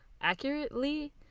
accurately